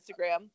Instagram